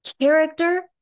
Character